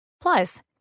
Plus